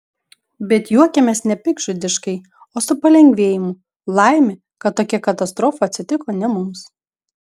bet juokiamės ne piktdžiugiškai o su palengvėjimu laimė kad tokia katastrofa atsitiko ne mums